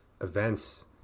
events